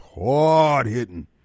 hard-hitting